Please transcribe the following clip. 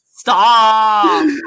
Stop